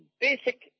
basic